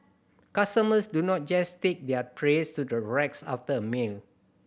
customers do not just take their trays to the racks after a meal